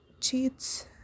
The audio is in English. cheats